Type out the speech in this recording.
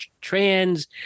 trans